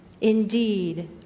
indeed